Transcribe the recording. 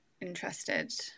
interested